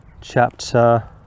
chapter